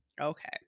Okay